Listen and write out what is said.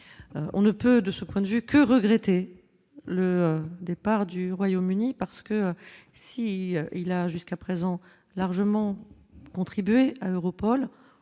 on ne peut, de ce point de vue que regretter le départ du Royaume-Uni, parce que si il a jusqu'à présent largement contribué à Europol,